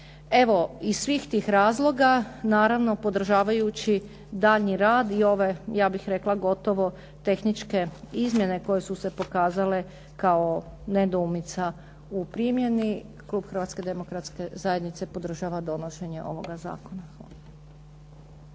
Evo, iz svih tih razloga naravno podržavajući daljnji rad i ove ja bih rekla gotovo tehničke izmjene koje su se pokazale kao nedoumica u primjeni, Klub Hrvatske Demokratske Zajednice podržava donošenje ovoga zakona.